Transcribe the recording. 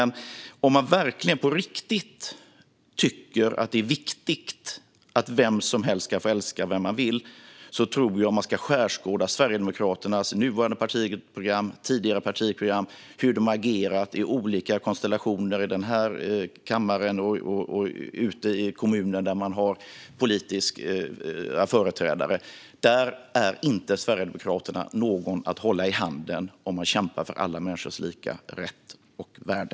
Om man verkligen, på riktigt, tycker att det är viktigt att vem helst ska få älska vem som helst tror jag att man ska skärskåda Sverigedemokraternas nuvarande och tidigare partiprogram. Man bör titta på hur de har agerat i olika konstellationer i den här kammaren och ute i kommuner där de har politiska företrädare. Då ser man att Sverigedemokraterna inte är någon att hålla i handen om man kämpar för alla människors lika rätt och värde.